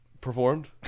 performed